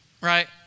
right